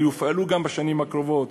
ויופעלו גם בשנים הקרובות,